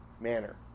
manner